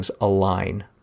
align